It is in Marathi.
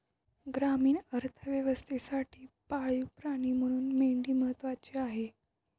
ग्रामीण अर्थव्यवस्थेसाठी पाळीव प्राणी म्हणून मेंढी महत्त्वाची आहे